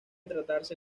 tratarse